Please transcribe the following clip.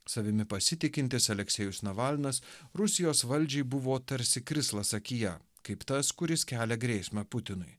savimi pasitikintis aleksejus navalnas rusijos valdžiai buvo tarsi krislas akyje kaip tas kuris kelia grėsmę putinui